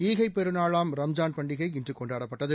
ஈகைப்பெருநாளாம்ரம்ஜான் பண்டிகை இன்று கொண்டாடப்பட்டது